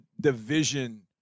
division